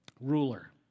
ruler